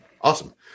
Awesome